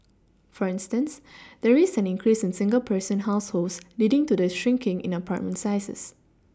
for instance there is an increase in single person households leading to the shrinking in apartment sizes